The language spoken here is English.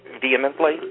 vehemently